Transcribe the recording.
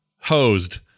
hosed